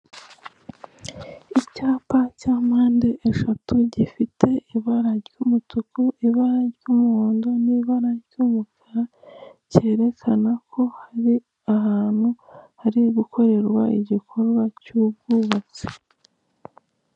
Icyapa cya mpande eshatu gifite ibara ry'umutuku, ibara ry'umuhondo n'ibara ry'umukara, cyerekana ko hari ahantu hari gukorerwa igikorwa cy'ubwubatsi.